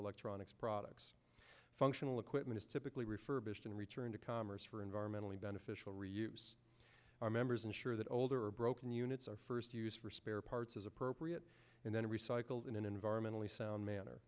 electronics products functional equipment is typically refer bisht in return to commerce for environmentally beneficial reuse our members ensure that older broken units are first used for spare parts as appropriate and then recycled in an environmentally sound manner